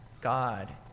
God